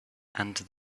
and